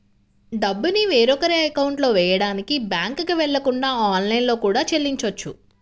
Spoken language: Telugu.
డబ్బుని వేరొకరి అకౌంట్లో వెయ్యడానికి బ్యేంకుకి వెళ్ళకుండా ఆన్లైన్లో కూడా చెల్లించొచ్చు